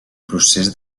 procés